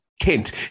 Kent